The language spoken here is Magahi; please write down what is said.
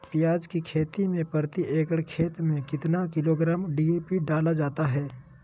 प्याज की खेती में प्रति एकड़ खेत में कितना किलोग्राम डी.ए.पी डाला जाता है?